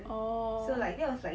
orh